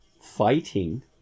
fighting